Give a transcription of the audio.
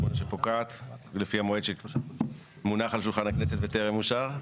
שפוקעת לפי המועד שמונח על שולחן הכנסת וטרם אושר?